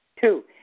Two